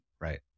right